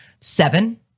seven